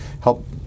help